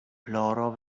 ploro